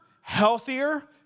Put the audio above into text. healthier